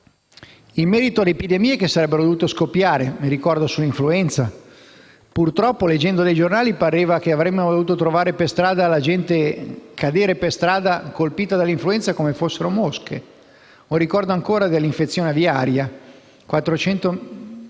in merito alle epidemie che sarebbero dovute scoppiare, ad esempio a causa dell'influenza. Leggendo i giornali pareva che avremmo dovuto trovare le persone cadere per strada colpite dall'influenza come fossero mosche. O ricordo ancora l'infezione aviaria: 400 milioni